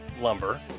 lumber